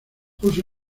puso